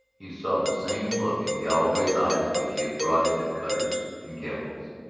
he saw the same look in galloway's eyes which he had brought into cutter's and kemble's.